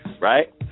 right